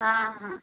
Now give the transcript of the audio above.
ହଁ ହଁ